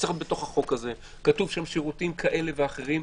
כתוב שירותים כאלה ואחרים.